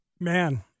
Man